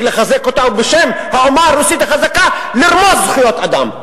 לחזק אותה ובשם האומה הרוסית החזקה לרמוס זכויות אדם.